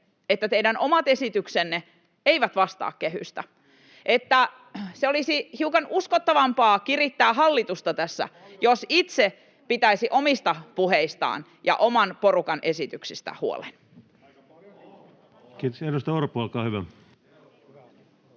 että teidän omat esityksenne eivät vastaa kehystä? Olisi hiukan uskottavampaa kirittää hallitusta tässä, jos itse pitäisi omista puheistaan ja oman porukan esityksistä huolen. Kiitoksia. — Edustaja Orpo, olkaa hyvä.